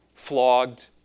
flogged